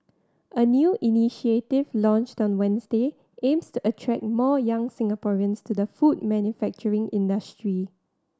a new initiative launched on Wednesday aims to attract more young Singaporeans to the food manufacturing industry